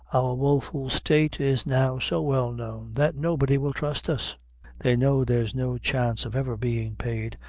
our woful' state is now so well known, that nobody will trust us they know there's no chance of ever bein' paid,